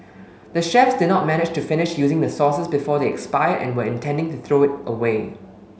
the chefs did not manage to finish using the sauces before they expired and were intending to throw it away